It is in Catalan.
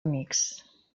amics